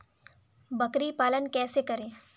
बकरी पालन कैसे करें?